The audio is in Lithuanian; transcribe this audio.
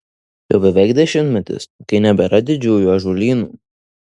jau beveik dešimtmetis kai nebėra didžiųjų ąžuolynų